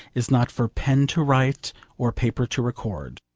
is not for pen to write or paper to record.